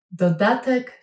dodatek